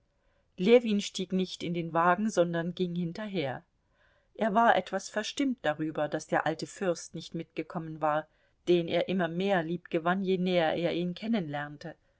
ljewin stieg nicht in den wagen sondern ging hinterher er war etwas verstimmt darüber daß der alte fürst nicht mitgekommen war den er immer mehr liebgewann je näher er ihn kennenlernte